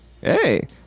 Hey